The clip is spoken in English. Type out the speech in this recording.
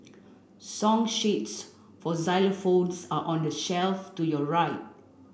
song sheets for xylophones are on the shelf to your right